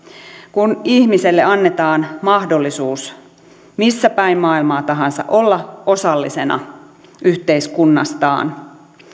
kun ihmiselle annetaan mahdollisuus missä päin maailmaa tahansa olla osallisena yhteiskunnastaan